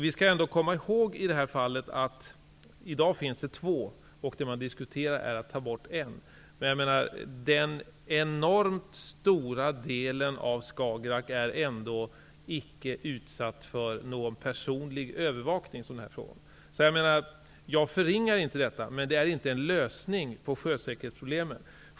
Vi skall ändå komma ihåg att det i dag finns två utkikar och att man diskuterar möjligheten att ta bort en. Över den stora delen av Skagerrak sker ändå icke någon personlig övervakning. Jag förringar inte detta, men det är inte en lösning på sjösäkerhetsproblemen.